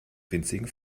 winzigen